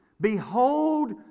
Behold